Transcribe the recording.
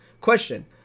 Question